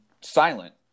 silent